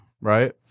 right